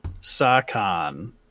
Sakan